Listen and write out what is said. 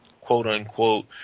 quote-unquote